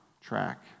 track